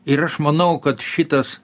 ir aš manau kad šitas